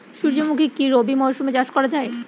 সুর্যমুখী কি রবি মরশুমে চাষ করা যায়?